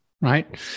right